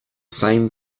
same